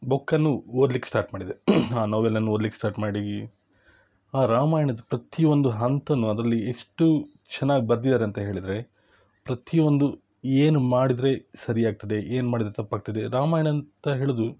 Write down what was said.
ಬುಕ್ಕನ್ನು ಓದ್ಲಿಕ್ಕೆ ಸ್ಟಾಟ್ ಮಾಡಿದೆ ಆ ನೊವೆಲನ್ನ ಓದ್ಲಿಕ್ಕೆ ಸ್ಟಾಟ್ ಮಾಡಿ ಆ ರಾಮಾಯಣದ ಪ್ರತಿಯೊಂದು ಹಂತನೂ ಅದರಲ್ಲಿ ಎಷ್ಟು ಚೆನ್ನಾಗಿ ಬರ್ದಿದ್ದಾರೆ ಅಂತ ಹೇಳಿದರೆ ಪ್ರತಿಯೊಂದು ಏನು ಮಾಡಿದರೆ ಸರಿ ಆಗ್ತದೆ ಏನು ಮಾಡಿದರೆ ತಪ್ಪು ಆಗ್ತದೆ ರಾಮಾಯಣ ಅಂತ ಹೇಳೋದು